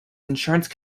insurance